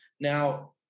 Now